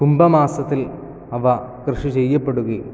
കുംഭമാസത്തിൽ അവ കൃഷി ചെയ്യപ്പെടുകയും